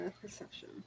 Perception